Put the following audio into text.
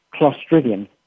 clostridium